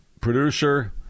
Producer